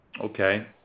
Okay